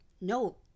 No